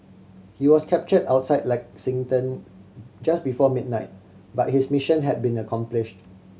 he was capture outside Lexington just before midnight but his mission had been accomplished